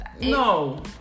No